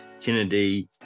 Kennedy